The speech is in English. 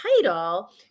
title